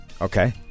Okay